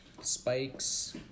spikes